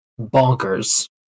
bonkers